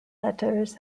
letters